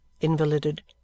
invalided